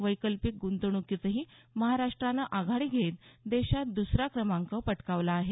वैकल्पिक गुंतवण्कीतही महाराष्ट्रानं आघाडी घेत देशात दसरा क्रमांक पटकवला आहे